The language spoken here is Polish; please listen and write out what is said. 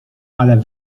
ale